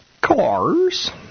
Cars